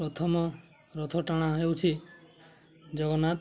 ପ୍ରଥମ ରଥ ଟଣା ହେଉଛି ଜଗନ୍ନାଥ